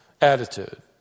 attitude